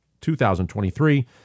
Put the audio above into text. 2023